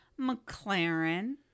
McLaren